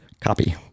Copy